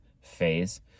phase